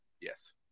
Yes